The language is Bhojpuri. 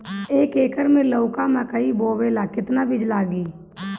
एक एकर मे लौका मकई बोवे ला कितना बिज लागी?